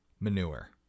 Manure